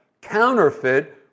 counterfeit